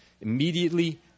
immediately